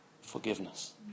Forgiveness